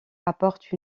apporte